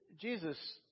Jesus